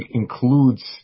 includes